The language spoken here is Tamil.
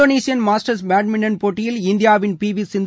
இந்தோனேஷியன் மாஸ்டர்ஸ் பேட்மின்டன் போட்டியில் இந்தியாவின் பி வி சிந்து